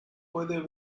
pueden